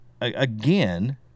again